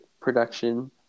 production